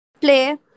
Play